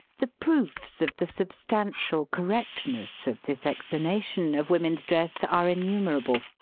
the proofs of the substantial correctness of this explanation of women's dress are innumer able.